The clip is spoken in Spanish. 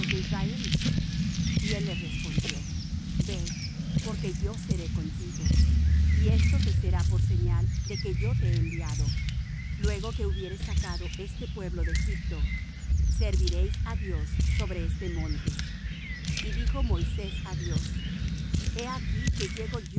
de israel y él le respondió ve porque yo seré contigo y esto te será por señal de que yo te he enviado luego que hubieres sacado este pueblo de egipto serviréis á dios sobre este monte y dijo moisés á dios he aquí que llego